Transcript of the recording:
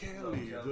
Kelly